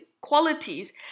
qualities